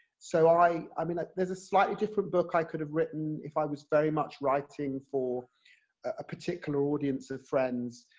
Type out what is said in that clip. so, i i mean, like there's a slightly different book i could have written, if i was very much writing for a particular audience of friends,